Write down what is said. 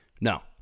No